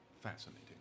Fascinating